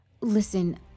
Listen